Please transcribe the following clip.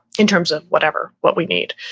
in terms of whatever, what we need